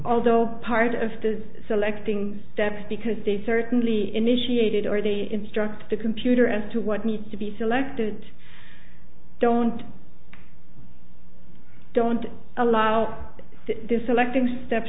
although part of his selecting steps because they certainly initiated or they instruct the computer as to what needs to be selected don't don't allow this selecting step